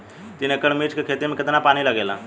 तीन एकड़ मिर्च की खेती में कितना पानी लागेला?